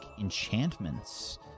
enchantments